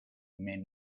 may